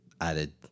added